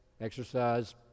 exercise